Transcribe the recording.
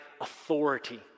authority